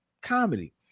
comedy